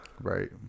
Right